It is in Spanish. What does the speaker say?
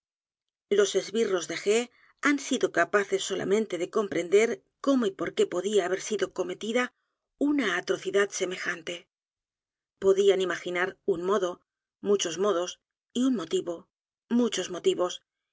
los esbirros de g han sido capaces solamente de comprender cómo y porqué podía haber sido cometida una atrocidad edgar poe novelas y cuentos semejante podían imaginar un modo muchos modos y un motivo muchos